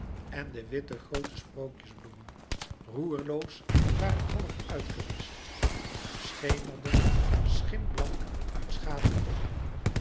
en de witte groote sprookjesbloemen roerloos waren half uitgewischt schemerden schimblank uit schaduw op